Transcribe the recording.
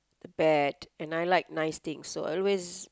the bat and I like nice things so I always